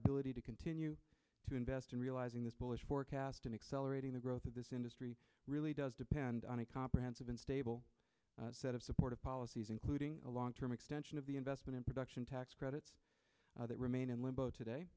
ability to continue to invest in realizing this bullish forecast and accelerating the growth of this industry really does depend on a comprehensive and stable set of supportive policies including a long term extension of the investment in production tax credits that remain in limbo today